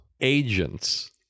Agents